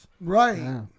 Right